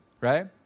right